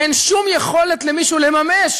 אין שום יכולת למישהו לממש